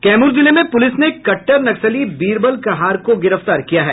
कैमूर जिले में पुलिस ने कट्टर नक्सली बीरबल कहार को गिरफ्तार किया है